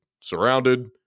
surrounded